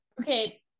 Okay